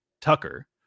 Tucker